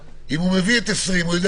אם הוא מביא את דוח 2020 הוא יודע